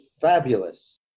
fabulous